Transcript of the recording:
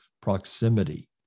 proximity